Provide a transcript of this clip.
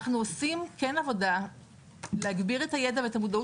אנחנו עושים כן עבודה להגביר את הידע ואת המודעות